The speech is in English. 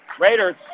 Raiders